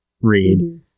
read